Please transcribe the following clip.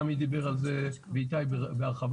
עמי דיבר על זה ואיתי בהרחבה.